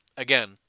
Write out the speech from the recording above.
Again